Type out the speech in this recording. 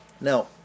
Now